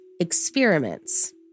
experiments